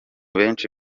benshi